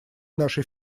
нашей